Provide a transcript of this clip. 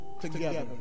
together